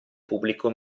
pubblico